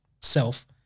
self